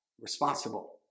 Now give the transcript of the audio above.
responsible